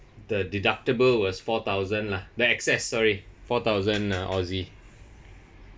the deductible was four thousand lah the accessory four thousand uh aussie